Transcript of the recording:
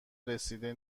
رسیده